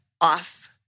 off